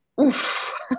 Oof